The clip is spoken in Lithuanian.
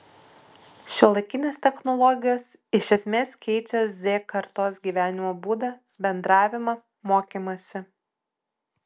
šiuolaikinės technologijos iš esmės keičia z kartos gyvenimo būdą bendravimą mokymąsi